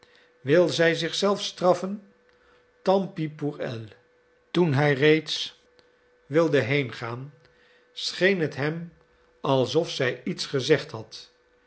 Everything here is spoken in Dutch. wil zij zichzelf straffen tant pis pour elle toen hij reeds wilde heengaan scheen het hem alsof zij iets gezegd had